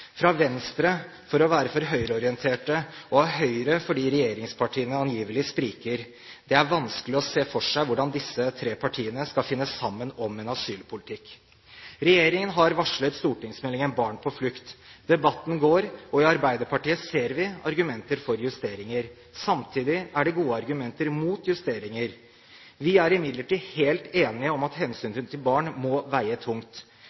fra Venstre for å være for høyreorientert, og fra Høyre fordi regjeringspartiene angivelig spriker. Det er vanskelig å se for seg hvordan disse tre partiene skal finne sammen om en asylpolitikk. Regjeringen har varslet stortingsmeldingen om barn på flukt. Debatten går, og i Arbeiderpartiet ser vi argumenter for justeringer. Samtidig er det gode argumenter imot justeringer. Vi er imidlertid helt enige om at hensynet til barn må veie tungt.